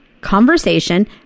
conversation